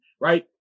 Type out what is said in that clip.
right